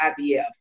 IVF